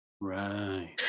Right